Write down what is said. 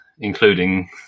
including